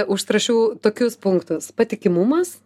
užsirašiau tokius punktus patikimumas